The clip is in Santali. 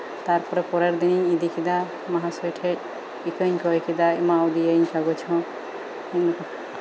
ᱤᱫᱤ ᱠᱤᱫᱟᱹᱧ ᱢᱚᱦᱟᱥᱚᱭ ᱴᱷᱮᱡ ᱤᱠᱟᱹᱧ ᱠᱚᱭ ᱠᱮᱫᱟ ᱮᱢᱟᱣᱟᱫᱮᱣᱟᱹᱧ ᱠᱟᱜᱚᱡ ᱦᱚᱸ